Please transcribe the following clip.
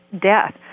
death